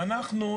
אנחנו,